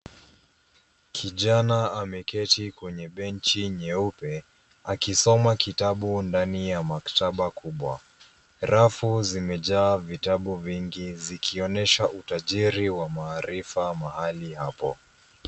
Kijana amekti kwenye benchi nyeupe akisoma kitabu ndani ya maktaba kubwa, rafu zimejaa vitabu vingi zikionyesha utajiri wa maarifa mahali hapo.